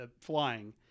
flying